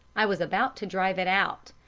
i was about to drive it out,